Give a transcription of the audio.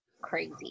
crazy